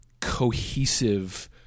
cohesive